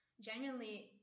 genuinely